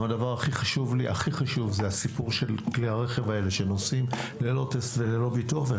הכי חשוב זה הסיפור של כלי הרכב שנוסעים ללא טסט וללא ביטוח.